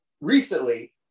recently